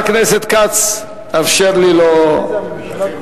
אין נמנעים.